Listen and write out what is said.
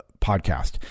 podcast